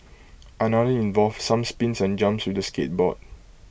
another involved some spins and jumps with the skateboard